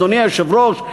אדוני היושב-ראש,